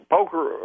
Poker